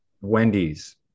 Wendy's